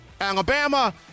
Alabama